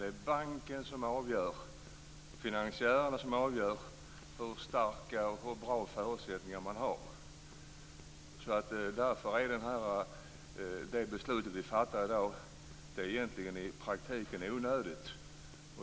Det är banken och finansiärerna som avgör hur bra förutsättningar man har. Därför är det beslut vi fattar i dag i praktiken onödigt.